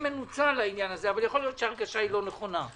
יכול להיות שההרגשה היא לא נכונה.